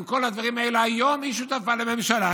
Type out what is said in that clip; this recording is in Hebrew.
עם כל הדברים האלה היום היא שותפה בממשלה,